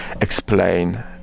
explain